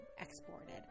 exported